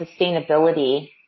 sustainability